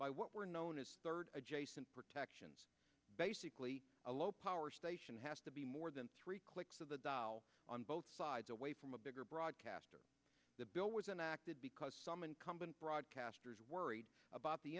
by what were known as third adjacent protections basically a low power station has to be more than three clicks of the dial on both sides away from a bigger broadcaster the bill was enacted because some incumbent broadcasters worried about the